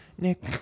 Nick